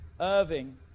Irving